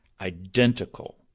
identical